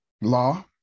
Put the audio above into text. Law